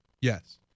Yes